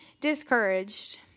discouraged